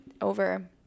over